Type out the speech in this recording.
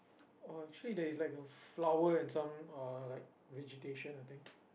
oh actually there is like a flower and some uh like vegetation I think